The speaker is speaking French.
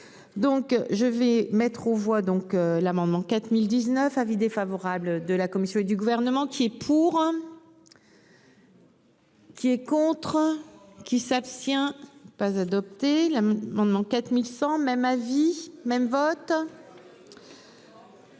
Donc je vais mettre aux voix donc l'amendement 4019 avis défavorable de la commission du. Gouvernement qui est pour. Qui est contre qui s'abstient pas adopté la on l'enquête 1100. Même avis même vote.